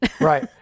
Right